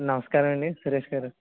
నమస్కారం అండి సురేశ్ గారు